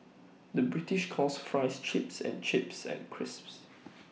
the British calls Fries Chips and chips and crisps